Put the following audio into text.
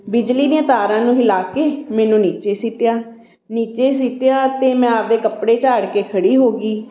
ਬਿਜਲੀ ਦੀਆਂ ਤਾਰਾਂ ਨੂੰ ਹਿਲਾ ਕੇ ਮੈਨੂੰ ਨੀਚੇ ਸਿੱਟਿਆ ਨੀਚੇ ਸਿੱਟਿਆ ਅਤੇ ਮੈਂ ਆਪਦੇ ਕੱਪੜੇ ਝਾੜ ਕੇ ਖੜੀ ਹੋ ਗਈ